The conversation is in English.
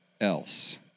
else